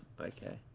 Okay